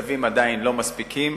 הקצבים עדיין לא מספיקים,